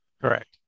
Correct